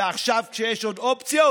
ועכשיו, כשיש עוד אופציות,